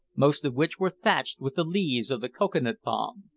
most of which were thatched with the leaves of the cocoa-nut palm.